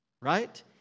Right